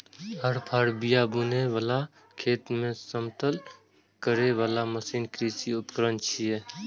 हर, फाड़, बिया बुनै बला, खेत कें समतल करै बला मशीन कृषि उपकरण छियै